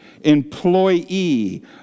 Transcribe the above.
employee